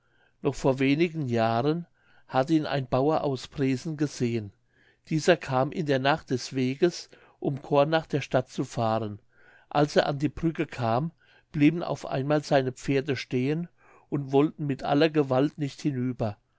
noch vor wenigen jahren hat ihn ein bauer aus bresen gesehen dieser kam in der nacht des weges um korn nach der stadt zu fahren als er an die brücke kam blieben auf einmal seine pferde stehen und wollten mit aller gewalt nicht hinüber